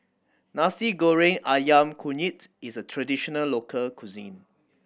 Nasi Goreng Ayam Kunyit is a traditional local cuisine